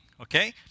okay